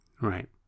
Right